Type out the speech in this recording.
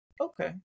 Okay